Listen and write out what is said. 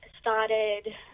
started